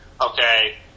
okay